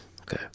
Okay